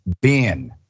Ben